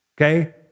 Okay